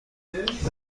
دلیل